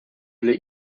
blir